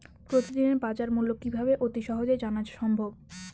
প্রতিদিনের বাজারমূল্য কিভাবে অতি সহজেই জানা সম্ভব?